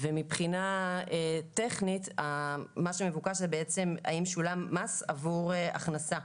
מבחינה טכנית המידע שמבוקש הוא האם שולם מס עבור הכנסה.